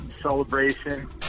celebration